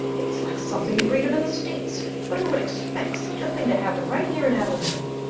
it's like something you'd read of in the states, but who would expect such a thing to happen right here in avonlea?